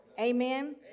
Amen